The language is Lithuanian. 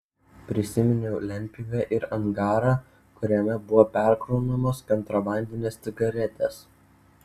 prisiminiau lentpjūvę ir angarą kuriame buvo perkraunamos kontrabandinės cigaretės